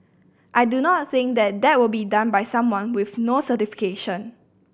I do not think that that will be done by someone with no certification